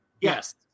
Yes